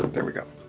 there we go.